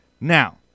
Now